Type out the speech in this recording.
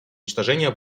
уничтожения